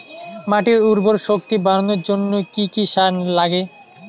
মাটির উর্বর শক্তি বাড়ানোর জন্য কি কি সার লাগে?